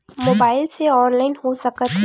Mobile से online हो सकत हे?